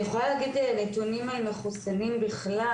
אני יכולה להגיד נתונים על המחוסנים בכלל.